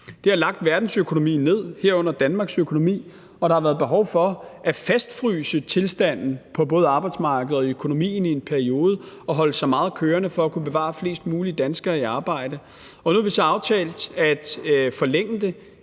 Det har lagt verdensøkonomien ned, herunder Danmarks økonomi, og der har været behov for at fastfryse tilstanden på både arbejdsmarkedet og i økonomien i en periode og holde så meget kørende for at kunne bevare flest mulige danskere i arbejde. Nu har vi så aftalt at forlænge det